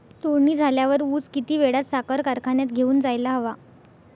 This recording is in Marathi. तोडणी झाल्यावर ऊस किती वेळात साखर कारखान्यात घेऊन जायला हवा?